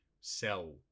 sell